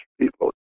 people